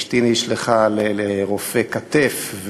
אשתי נשלחה לרופא כתף,